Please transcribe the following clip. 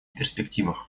перспективах